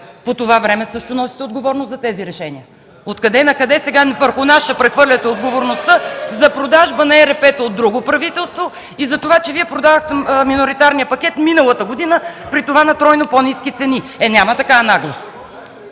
по това време и също носите отговорност за тези решения. Откъде-накъде сега върху нас ще прехвърляте отговорността (реплики „Е-е-е!” от ГЕРБ) за продажба на ЕРП-та от друго правителство и за това, че Вие продадохте миноритарния пакет миналата година, при това на тройно по-ниски цени? Е, няма такава наглост!